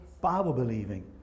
Bible-believing